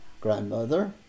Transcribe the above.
grandmother